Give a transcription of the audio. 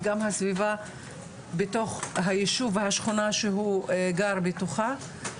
וגם הסביבה בתוך היישוב והשכונה שהוא גר בתוכה.